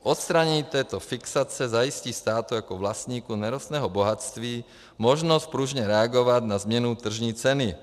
Odstranění této fixace zajistí státu jako vlastníku nerostného bohatství možnost pružně reagovat na změnu tržní ceny.